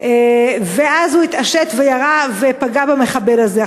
ואז הוא התעשת וירה ופגע במחבל הזה.